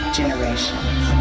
generations